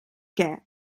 què